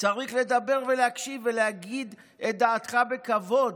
צריך לדבר ולהקשיב ולהגיד את דעתך בכבוד,